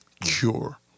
cure